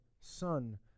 Son